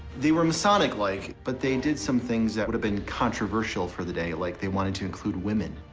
they were masonic-like, but they did some things that would have been controversial for the day, like they wanted to include women.